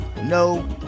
no